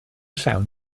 llawn